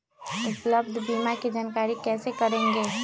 उपलब्ध बीमा के जानकारी कैसे करेगे?